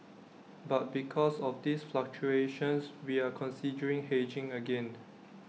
but because of these fluctuations we are considering hedging again